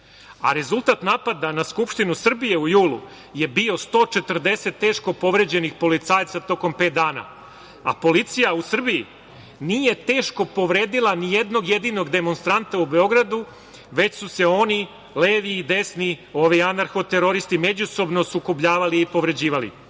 rezultat napada na Skupštinu Srbije u julu je bio 140 teško povređenih policajaca tokom pet dana, a policija u Srbiji nije teško povredila ni jednog jedinog demonstranta u Beogradu, već su se oni levi i desni, ovi anarho-teroristi, međusobno sukobljavali i povređivali. Kao